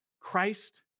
Christ